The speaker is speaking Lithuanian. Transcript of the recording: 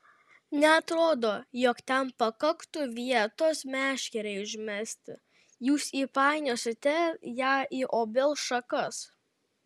neatrodo jog ten pakaktų vietos meškerei užmesti jūs įpainiosite ją į obels šakas